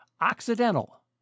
Occidental